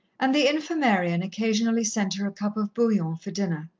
and the infirmarian occasionally sent her a cup of bouillon for dinner,